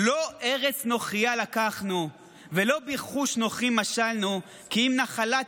"לא ארץ נוכריה לקחנו ולא ברכוש נוכרים מָשָלְנו כי אם נחלת